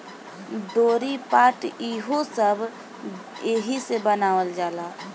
डोरी, पाट ई हो सब एहिसे बनावल जाला